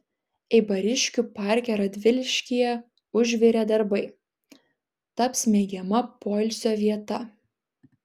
eibariškių parke radviliškyje užvirė darbai taps mėgiama poilsio vieta